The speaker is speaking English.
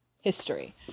history